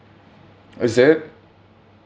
is it